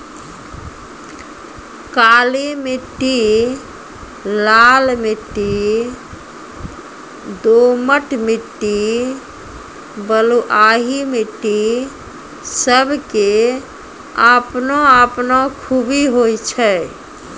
काली मिट्टी, लाल मिट्टी, दोमट मिट्टी, बलुआही मिट्टी सब के आपनो आपनो खूबी होय छै